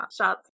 shots